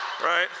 right